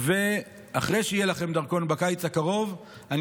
ואחרי שיהיה לכם דרכון בקיץ הקרוב אני